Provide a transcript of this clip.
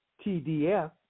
TDF